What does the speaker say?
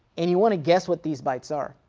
and you want to guess what these bytes are.